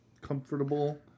comfortable